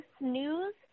news